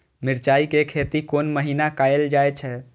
मिरचाय के खेती कोन महीना कायल जाय छै?